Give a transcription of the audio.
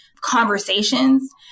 conversations